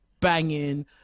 banging